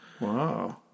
Wow